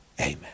Amen